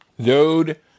Dude